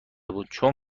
بود، چون